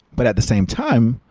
but at the same time,